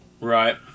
Right